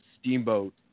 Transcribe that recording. steamboat